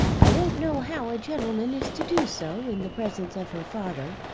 i don't know how a gentleman is to do so in the presence of her father,